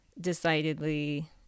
decidedly